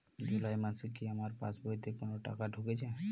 জুলাই মাসে কি আমার পাসবইতে কোনো টাকা ঢুকেছে?